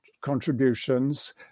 contributions